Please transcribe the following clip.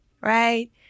right